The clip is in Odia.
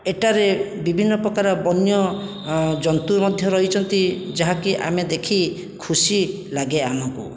ଏଠାରେ ବିଭିନ୍ନ ପ୍ରକାର ବନ୍ୟ ଜନ୍ତୁ ମଧ୍ୟ ରହିଛନ୍ତି ଯାହାକି ଆମେ ଦେଖି ଖୁସିଲାଗେ ଆମକୁ